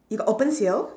you got open sale